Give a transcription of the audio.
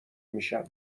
میشم